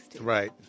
Right